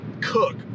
cook